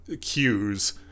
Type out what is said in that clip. cues